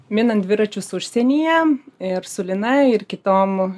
minant dviračius užsienyje ir su lina ir kitom